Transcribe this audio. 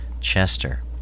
Chester